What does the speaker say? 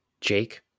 Jake